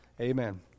amen